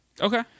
Okay